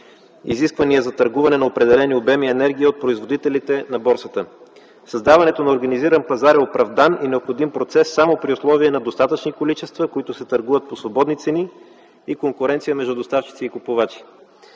изисквания за търгуване на определени обеми енергия от производителите на борсата. Създаването на организиран пазар е оправдан и необходим процес само при условия на достатъчни количества, които се търгуват по свободни цени и конкуренция между доставчици и купувачи.